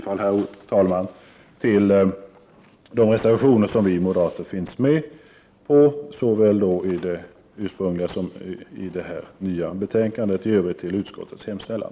Jag yrkar bifall till de reservationer som vi moderater står bakom såväl i det ursprungliga betänkandet som i det nya betänkandet och i Övrigt till utskottets hemställan.